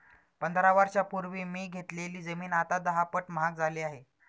पंधरा वर्षांपूर्वी मी घेतलेली जमीन आता दहापट महाग झाली आहे